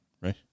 right